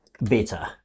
better